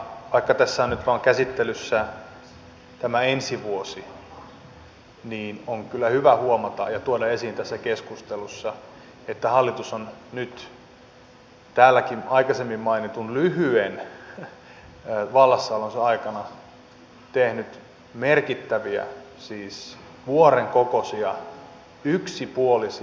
vaikka tässä on nyt käsittelyssä vain ensi vuosi niin on kyllä hyvä huomata ja tuoda esiin tässä keskustelussa että hallitus on nyt täälläkin aikaisemmin mainitun lyhyen vallassaolonsa aikana tehnyt merkittäviä siis vuoren kokoisia yksipuolisia päätöksiä yleisradion rahoitukseen liittyen